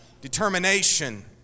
determination